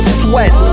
sweat